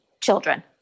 children